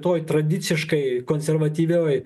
toj tradiciškai konservatyvioj